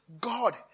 God